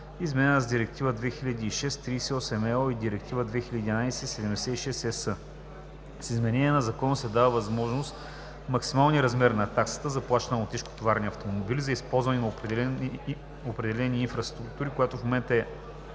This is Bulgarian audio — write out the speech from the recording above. изменена с Директива 2006/38/ЕО и Директива 2011/76/ЕС. С изменението на Закона се дава възможност максималният размер на таксата, заплащана от тежкотоварни автомобили за използване на определени инфраструктури, която в момента е